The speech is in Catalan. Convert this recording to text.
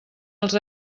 els